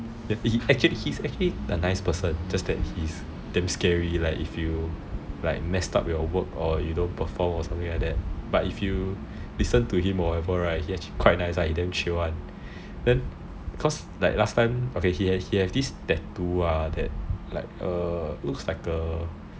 he's actually a nice person just that it's damn scary if you mess up your work or don't perform but then right if you actually listen to him he's damn chill one he has this tattoo that looks like a